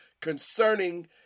concerning